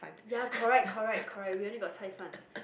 ya correct correct correct we only got chai fan